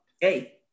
Hey